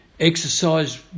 Exercise